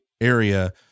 area